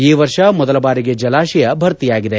ಈ ವರ್ಷ ಮೊದಲ ಬಾರಿಗೆ ಜಲಾಶಯ ಭರ್ತಿಯಾಗಿದೆ